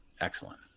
Excellent